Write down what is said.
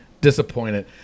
disappointed